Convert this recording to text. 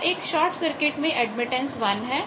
यह आपके short circuit में एडमिटेंस 1 है